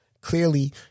Clearly